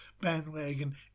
bandwagon